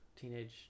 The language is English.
teenage